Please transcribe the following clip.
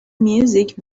music